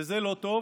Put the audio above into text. וזה לא טוב.